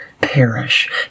perish